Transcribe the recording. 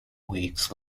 weeks